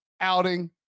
outing